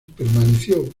permaneció